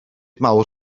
mawr